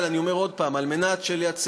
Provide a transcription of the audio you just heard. אבל אני אומר עוד פעם: על מנת לייצר